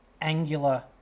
angular